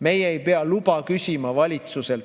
Meie ei pea valitsuselt